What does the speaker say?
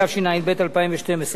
אדוני היושב-ראש,